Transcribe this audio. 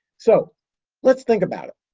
so let's think about it.